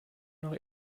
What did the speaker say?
nach